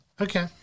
Okay